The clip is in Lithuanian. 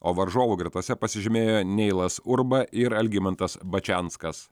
o varžovų gretose pasižymėjo neilas urba ir algimantas bačianskas